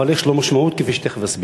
אבל יש לו משמעות, כפי שתכף אסביר.